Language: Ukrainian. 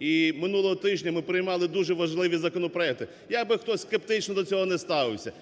І минулого тижня ми приймали дуже важливі законопроекти. Якби хто скептично до цього не ставився,